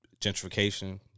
gentrification